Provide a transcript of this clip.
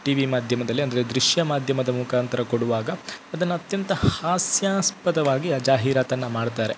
TV ಮಾಧ್ಯಮದಲ್ಲಿ ಅಂದರೆ ದೃಶ್ಯ ಮಾಧ್ಯಮದ ಮುಖಾಂತರ ಕೊಡುವಾಗ ಅದನ್ನು ಅತ್ಯಂತ ಹಾಸ್ಯಾಸ್ಪದವಾಗಿ ಆ ಜಾಹೀರಾತನ್ನು ಮಾಡ್ತಾರೆ